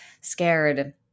scared